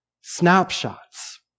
snapshots